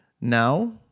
Now